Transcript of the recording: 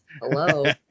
Hello